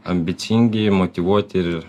ambicingi motyvuoti ir